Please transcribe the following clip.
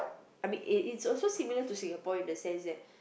I mean it it's also similar to Singapore in the sense that